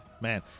man